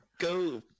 Go